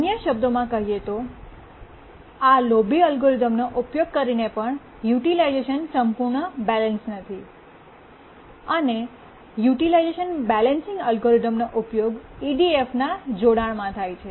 અન્ય શબ્દોમાં કહીએ તો આ લોભી એલ્ગોરિધમનો ઉપયોગ કરીને પણ યુટિલાઇઝેશન સંપૂર્ણ બેલેન્સ નથી અને યુટિલાઇઝેશન બેલેન્સિંગ એલ્ગોરિધમનો ઉપયોગ EDFના જોડાણમાં થાય છે